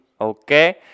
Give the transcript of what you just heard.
okay